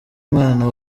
umwana